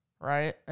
right